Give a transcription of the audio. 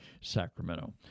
Sacramento